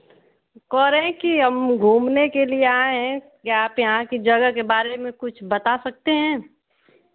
कह रहे हैं कि हम घूमने के लिए आए हैं के आपके यहाँ कि जगह के बारे में कुछ बता सकते हैं